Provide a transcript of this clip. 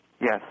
Yes